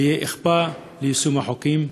ותהיה אכיפה של יישום החוקים.